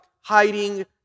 hiding